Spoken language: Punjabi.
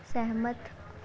ਸਹਿਮਤ